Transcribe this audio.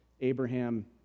Abraham